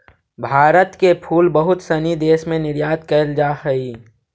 भारत के फूल बहुत सनी देश में निर्यात कैल जा हइ